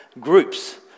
groups